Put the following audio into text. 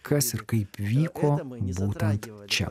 kas ir kaip vyko būtent čia